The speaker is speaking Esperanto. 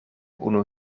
unu